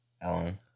Ellen